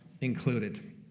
included